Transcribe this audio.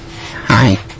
Hi